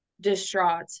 distraught